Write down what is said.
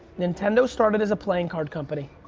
nintendo started as a playing card company.